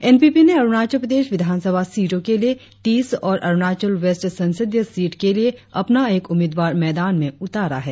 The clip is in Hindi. एन पी पी ने अरुणाचल प्रदेश विधानसभा सीटों के लिए तीस और अरुणाचल वेस्ट संसदीय सीट के लिए अपना एक उम्मीदवार मैदान में उतारा है